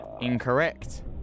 Incorrect